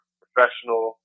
professional